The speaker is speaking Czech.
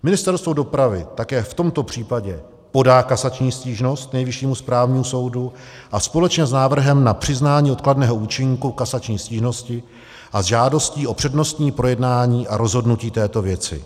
Ministerstvo dopravy také v tomto případě podá kasační stížnost Nejvyššímu správnímu soudu společně s návrhem na přiznání odkladného účinku kasační stížnosti a s žádostí o přednostní projednání a rozhodnutí této věci.